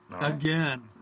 Again